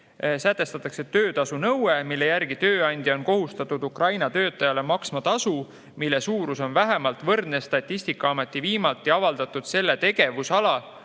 Sätestatakse töötasunõue, mille järgi tööandja on kohustatud Ukraina töötajale maksma tasu, mille suurus on vähemalt võrdne Statistikaameti viimati avaldatud selle tegevusala